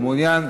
מעוניין?